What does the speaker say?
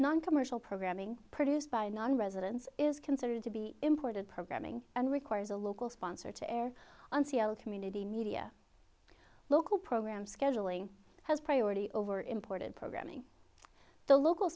noncommercial programming produced by nonresidents is considered to be imported programming and requires a local sponsor to air community media local program scheduling has priority over imported programming the local